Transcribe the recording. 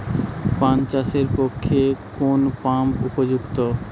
পান চাষের পক্ষে কোন পাম্প উপযুক্ত?